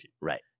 Right